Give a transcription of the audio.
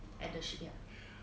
on the shipyard